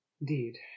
Indeed